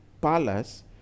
palace